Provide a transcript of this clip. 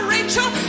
Rachel